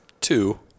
two